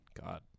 God